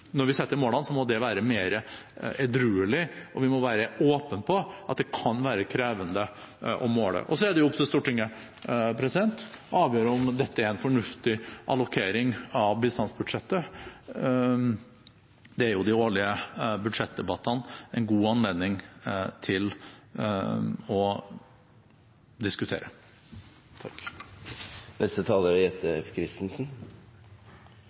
når vi setter målene må de være mer edruelige, og vi må være åpne på at det kan være krevende å måle. Så er det opp til Stortinget å avgjøre om dette er en fornuftig allokering av bistandsbudsjettet. De årlige budsjettdebattene er en god anledning til å diskutere